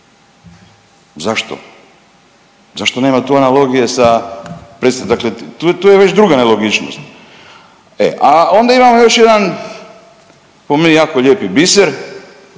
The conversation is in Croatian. Zašto? Zašto nema tu analogije sa, .../nerazumljivo/... dakle tu je već druga nelogičnost. E, a onda imamo još jedan, po meni jako lijepo biser,